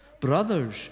Brothers